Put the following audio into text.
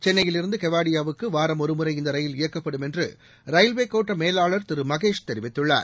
சென்னையிலிருந்து கெவாடியாவுக்கு வாரம் ஒருமுறை இந்த ரயில் இயக்கப்படும் என்று ரயில்வே கோட்ட மேலாளர் திரு மகேஷ் தெரிவித்துள்ளார்